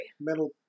metal